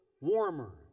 warmer